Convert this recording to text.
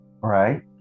right